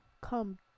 come